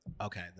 okay